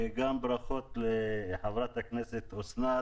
וברכות לחברת הכנסת אסנת